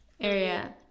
area